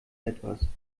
etwas